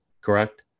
correct